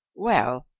well,